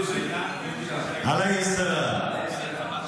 --- עליו השלום.